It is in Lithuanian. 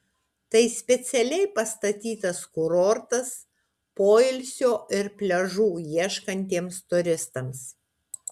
tai specialiai pastatytas kurortas poilsio ir pliažų ieškantiems turistams